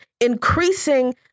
increasing